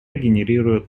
генерирует